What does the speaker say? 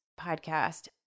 podcast